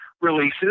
releases